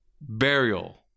burial